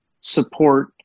support